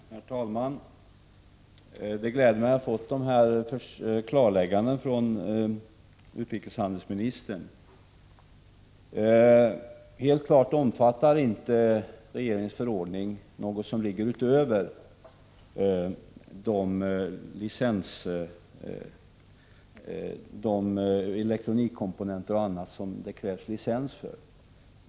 Herr talman! Det gläder mig att ha fått de här klarläggandena från utrikeshandelsministern. Helt klart omfattar inte regeringens förordning någonting som ligger utöver de elektronikkomponenter och annat som det krävs licens för.